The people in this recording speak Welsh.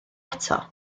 eto